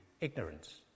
ignorance